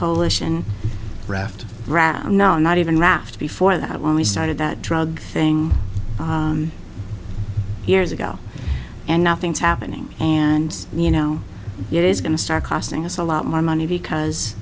coalition raft rat no not even raft before that when we started that drug thing years ago and nothing's happening and you know it is going to start costing us a lot more money because